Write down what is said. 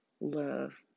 love